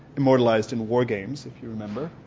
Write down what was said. immortalized in war games if you remember.